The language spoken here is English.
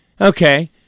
okay